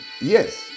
Yes